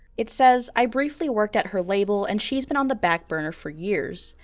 it says i briefly worked at her label and she's been on the back burner for years,